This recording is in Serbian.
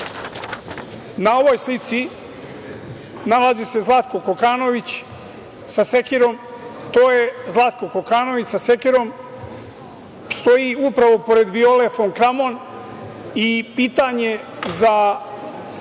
Na ovoj slici nalazi se Zlatko Kokanović sa sekirom. To je Zlatko Kokanović sa sekirom, stoji upravo pored Viole fon Kramon. Pitanje za